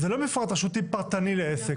זה לא מפרט רשותי פרטני לעסק.